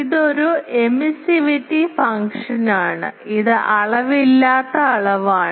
ഇതൊരു എമിസിവിറ്റി ഫംഗ്ഷനാണ് ഇത് അളവില്ലാത്ത അളവാണ്